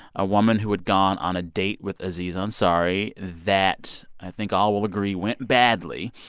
a woman who had gone on a date with aziz ansari that i think all will agree went badly.